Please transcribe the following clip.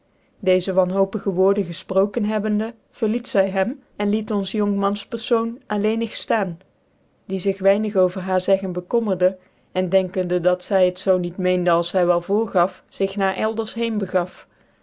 deeze wanhopige woorden gefproketi hebbende verliet zy hem cn liet ons jong mansperfoon allcenig ftaan die zich weinig over haar zegden bekommerde cn denkende dat zy het zoo niet meende als zy wel voorgaf zich naar elders heen begaf